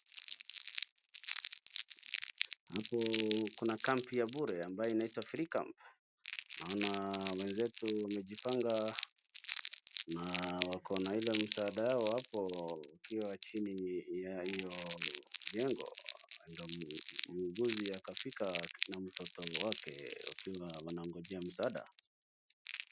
Hapo kuna ]camp ya bure ambayo inaitwa free camp . Naona wenzetu wamejipanga na wako na ile msaada yao hapo ukiwa chini ya hiyo jengo. Ndio mwuguzi akafika na mtoto wake wakiwa wanangojea msaada.